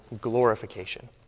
glorification